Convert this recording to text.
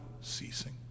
ceasing